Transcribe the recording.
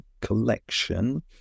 collection